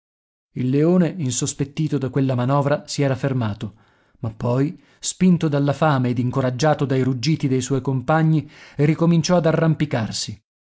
il leone insospettito da quella manovra si era fermato ma poi spinto dalla fame ed incoraggiato dai ruggiti dei suoi compagni ricominciò ad arrampicarsi